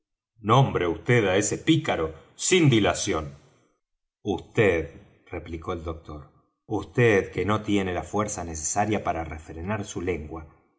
nombre vd á ese pícaro sin dilación vd replicó el doctor vd que no tiene la fuerza necesaria para refrenar su lengua